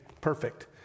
perfect